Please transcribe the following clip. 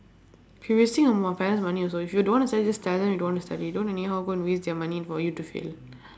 previously I'm on my parents' money also if you don't want to study just tell them you don't want to study don't anyhow go and waste their money for you to fail